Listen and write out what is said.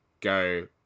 go